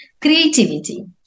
Creativity